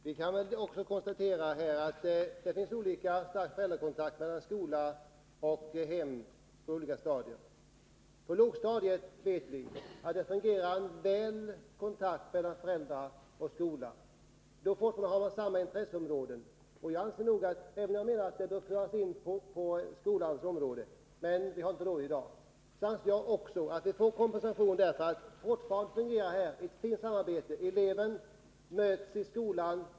Herr talman! Vi kan konstatera att kontakten mellan skola och hem är olika stark på olika stadier. På lågstadiet fungerar kontakten mellan föräldrar och skola väl. Man har då ännu sammanfallande intressen. Jag anser också att detta bör föras in på skolans område, men vi har i dag inte råd att göra det. Men detta kompenseras av att det här finns ett fint samarbete mellan hem och skola. Föräldrarna tar del av barnens arbete i skolan.